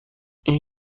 این